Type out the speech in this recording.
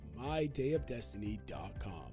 MyDayofDestiny.com